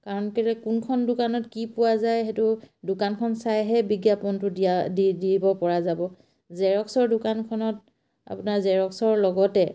কাৰণ কেলৈ কোনখন দোকানত কি পোৱা যায় সেইটো দোকানখন চাইহে বিজ্ঞাপনটো দিয়া দি দিব পৰা যাব জেৰক্সৰ দোকানখনত আপোনাৰ জেৰক্সৰ লগতে